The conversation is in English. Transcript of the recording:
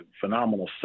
phenomenal